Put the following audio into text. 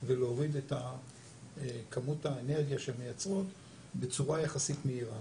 ולהוריד את כמות האנרגיה שהן מייצרות בצורה יחסית מהירה,